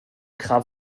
kram